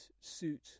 suit